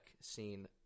scene